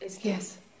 yes